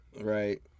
Right